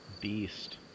beast